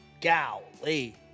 Golly